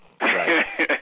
Right